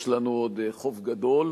יש לנו עוד חוב גדול.